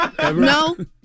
No